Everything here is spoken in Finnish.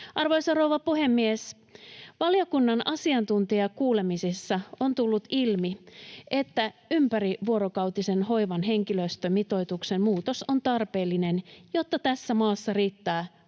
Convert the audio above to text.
Arvoisa rouva puhemies! Valiokunnan asiantuntijakuulemisissa on tullut ilmi, että ympärivuorokautisen hoivan henkilöstömitoituksen muutos on tarpeellinen, jotta tässä maassa riittää hoitoalan